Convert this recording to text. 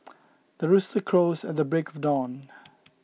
the rooster crows at the break of dawn